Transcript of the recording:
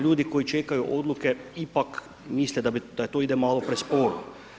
Ljudi koji čekaju odluke ipak misle da bi, da to ide malo presporo.